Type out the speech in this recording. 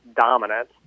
dominant